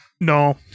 No